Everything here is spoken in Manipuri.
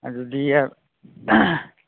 ꯑꯗꯨꯗꯤ